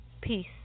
Peace